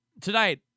Tonight